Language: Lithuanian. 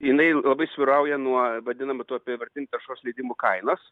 jinai labai svyrauja nuo vadinami tų apyvartinių taršos leidimų kainos